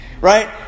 right